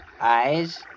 Eyes